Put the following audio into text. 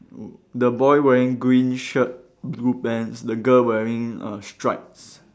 w~ the boy wearing green shirt blue pants the girl wearing err stripes